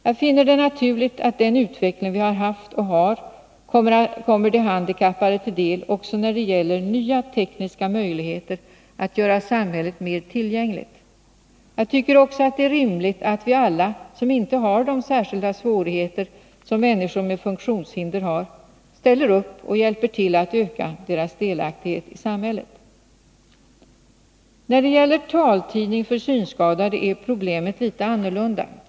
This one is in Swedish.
Jag finner det naturligt att den utveckling vi har haft och har kommer de handikappade till del också när det gäller nya tekniska möjligheter att göra samhället mer tillgängligt. Jag tycker också att det är rimligt att vi alla som inte har de särskilda svårigheter som människor med funktionshinder har ställer upp och hjälper till att öka deras delaktighet i samhället. När det gäller taltidning för synskadade är problemet litet annorlunda.